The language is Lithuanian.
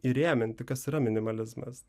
įrėminti kas yra minimalizmas